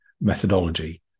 methodology